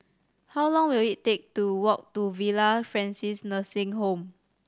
how long will it take to walk to Villa Francis Nursing Home